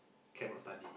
cannot study